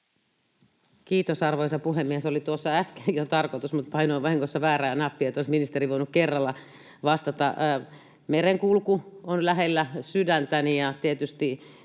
Kiitos, arvoisa puhemies! Oli tuossa äsken jo tarkoitus, mutta painoin vahingossa väärää nappia, että olisi ministeri voinut kerralla vastata. Merenkulku on lähellä sydäntäni, tietysti